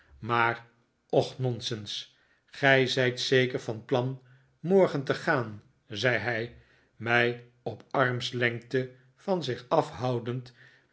maar och nonsens gij zijt zeker van plan morgen te gaan zei hij mij op armslengte van zich afhoudend